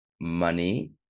money